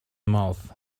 mouth